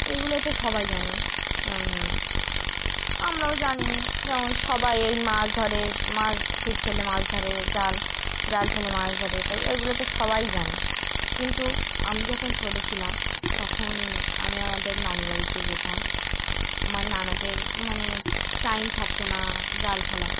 এগুলো তো সবাই জানে আমরাও জানি যেমন সবাই এই মাছ ধরে মাছ ছিপ ফেলে মাছ ধরে জাল জাল ফেলে মাছ ধরে এটা এগুলো তো সবাই জানে কিন্তু আমি যখন ছোটো ছিলাম তখন আমি আমাদের নানি বাড়িতে যেতাম আমার নানাদের মানে টাইম থাকতো না জাল ফেলার